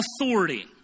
authority